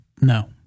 No